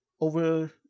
over